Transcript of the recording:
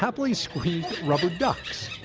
happily squeezed rubber ducks.